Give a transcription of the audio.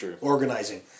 organizing